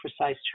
precise